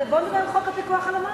בוא נדבר על חוק הפיקוח על המים.